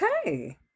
okay